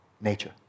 nature